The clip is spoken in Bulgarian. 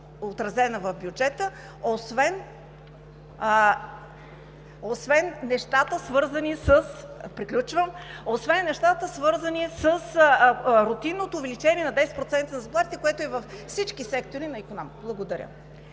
отразена в бюджета, освен нещата, свързани с рутинното увеличение с 10% за заплатите, което е във всички сектори на икономиката. Благодаря.